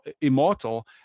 immortal